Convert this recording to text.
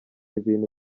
ibintu